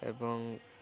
ଏବଂ